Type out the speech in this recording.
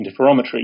interferometry